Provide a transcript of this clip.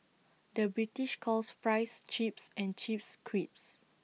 the British calls Fries Chips and Chips Crisps